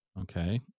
Okay